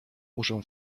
muszę